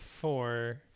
four